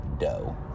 dough